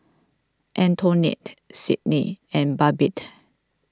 Antonette Sydnie and Babette